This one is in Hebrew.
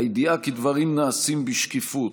הידיעה כי דברים נעשים בשקיפות,